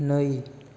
नै